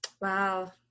wow